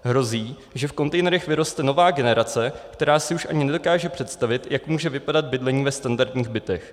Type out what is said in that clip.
Hrozí, že v kontejnerech vyroste nová generace, která si už ani nedokáže představit, jak může vypadat bydlení ve standardních bytech.